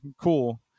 cool